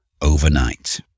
overnight